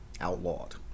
outlawed